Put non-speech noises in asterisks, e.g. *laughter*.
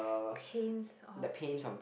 paints off *breath*